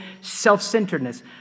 self-centeredness